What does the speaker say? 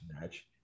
match